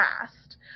past